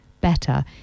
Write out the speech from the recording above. better